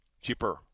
cheaper